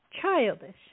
childish